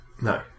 no